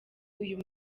uyu